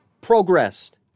progressed